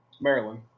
Maryland